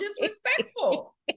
disrespectful